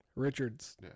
Richard's